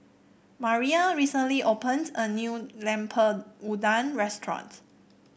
Maria recently opened a new Lemper Udang Restaurant